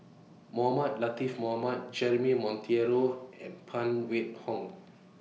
Mohamed Latiff Mohamed Jeremy Monteiro and Phan Wait Hong